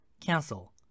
cancel